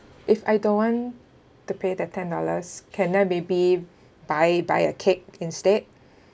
if I don't want to pay that ten dollars can I maybe buy buy a cake instead